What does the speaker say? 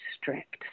strict